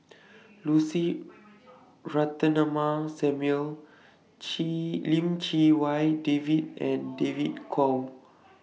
Lucy Ratnammah Samuel Chee Lim Chee Wai David and David Kwo